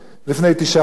לפני תשעה באב,